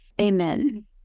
Amen